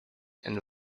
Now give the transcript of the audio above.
and